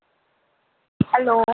hello